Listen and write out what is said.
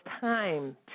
time